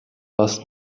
hast